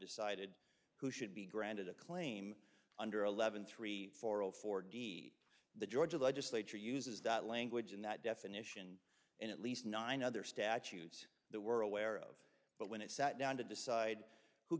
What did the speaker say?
decided who should be granted a claim under eleven three four hundred four d the georgia legislature uses that language in that definition in at least nine other statutes that we're aware of but when it sat down to decide who